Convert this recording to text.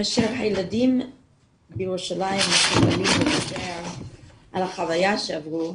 כאשר הילדים בירושלים התחילו לדבר על החוויה שעברו,